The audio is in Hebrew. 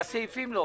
בסעיפים לא.